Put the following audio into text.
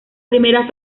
primera